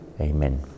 Amen